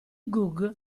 gug